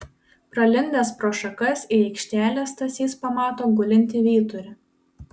pralindęs pro šakas į aikštelę stasys pamato gulintį vyturį